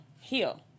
heal